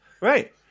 Right